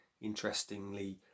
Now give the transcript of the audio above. Interestingly